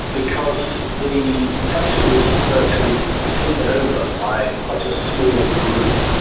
because the country was virtually taken over by quite a small group,